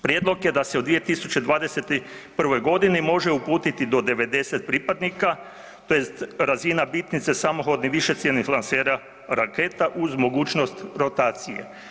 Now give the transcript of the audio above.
Prijedlog je da se u 2021. godini može uputiti do 90 pripadnika tj. razina bitnice samohodnih višecjevnih lansera raketa uz mogućnost rotacije.